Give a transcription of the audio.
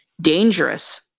dangerous